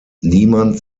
niemand